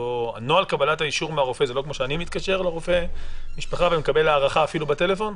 כמו שאני מתקשר לרופא המשפחה ומקבל הארכה אפילו בטלפון?